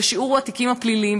הרי שיעור התיקים הפליליים,